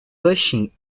pushing